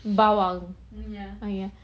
bawang ah ya